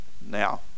now